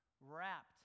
wrapped